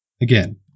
Again